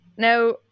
Now